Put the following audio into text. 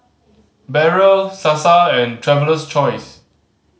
Barrel Sasa and Traveler's Choice